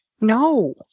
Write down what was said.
No